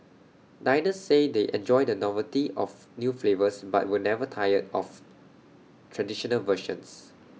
diners say they enjoy the novelty of new flavours but will never tire of traditional versions